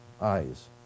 eyes